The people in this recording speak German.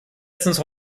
setzen